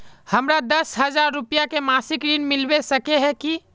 हमरा दस हजार रुपया के मासिक ऋण मिलबे सके है की?